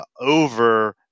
over